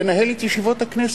לנהל את ישיבות הכנסת.